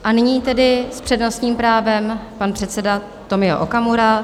A nyní tedy s přednostním právem pan předseda Tomio Okamura.